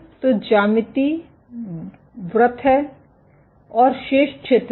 तो ज्यामिति वृत्त हैं और शेष क्षेत्र हैं